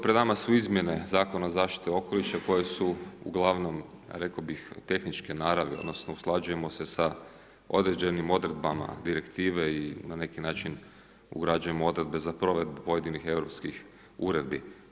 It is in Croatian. Pred nama su izmjene Zakona o zaštiti okoliša koje su uglavnom rekao tehničke naravi, odnosno usklađujemo se sa određenim odredbama direktive i na neki način izgrađujemo odredbe za provedbu pojedinih europskih uredbi.